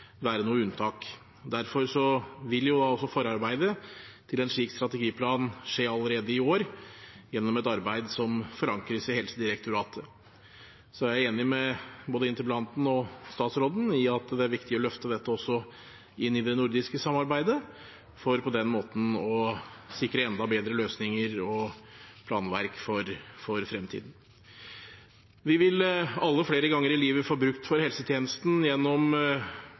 være noe unntak. Derfor vil forarbeidet til en slik strategiplan skje allerede i år, gjennom et arbeid som forankres i Helsedirektoratet. Jeg er enig med både interpellanten og statsråden i at det også er viktig å løfte dette inn i det nordiske samarbeidet for på den måten å sikre enda bedre løsninger og planverk for fremtiden. Vi vil alle flere ganger i livet få bruk for helsetjenesten gjennom